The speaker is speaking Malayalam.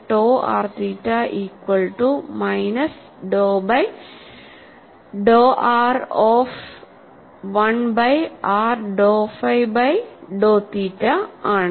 to r theta equal to minus ഡോ ബൈ ഡോ r ഓഫ് 1 ബൈ r ഡോ ഫൈ ബൈ ഡോ തീറ്റ ആണ്